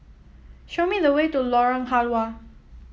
show me the way to Lorong Halwa